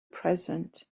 present